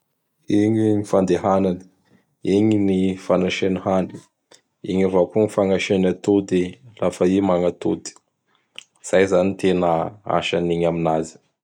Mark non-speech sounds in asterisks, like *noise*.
Igny ny fandehanany, igny ny fagnasiany hany, *noise* igny avao koa ny fanasiany atody lafa i magnatody. Zany zany gny tena asanigny aminazy.